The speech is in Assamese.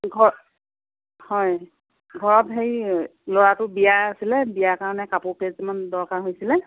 ঘৰ হয় ঘৰত হেৰী ল'ৰাটোৰ বিয়া আছিলে বিয়াৰ কাৰণে কাপোৰ কেইযোৰমান দৰকাৰ হৈছিলে